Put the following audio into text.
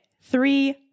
three